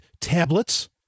tablets